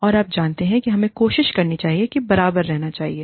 और आप जानते हैं कि हमें कोशिश करनी चाहिए और बराबर रहना चाहिए